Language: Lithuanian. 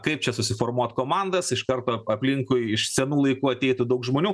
kaip čia susiformuot komandas iš karto aplinkui iš senų laikų ateitų daug žmonių